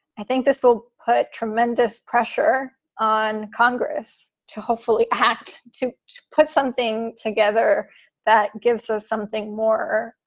i think this will put tremendous pressure on congress to hopefully act to put something together that gives us something more,